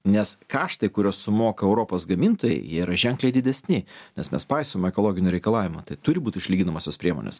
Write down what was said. nes kaštai kuriuos sumoka europos gamintojai jie yra ženkliai didesni nes mes paisom ekologinių reikalavimų tai turi būt išlyginamosios priemonės